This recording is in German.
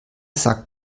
sagt